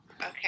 Okay